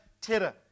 terror